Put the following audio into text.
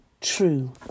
true